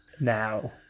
Now